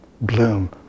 bloom